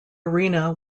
arena